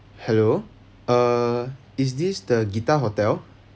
hello uh is this the deepa hotel